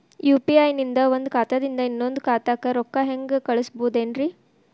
UPI ನಿಂದ ಒಂದ್ ಖಾತಾದಿಂದ ಇನ್ನೊಂದು ಖಾತಾಕ್ಕ ರೊಕ್ಕ ಹೆಂಗ್ ಕಳಸ್ಬೋದೇನ್ರಿ?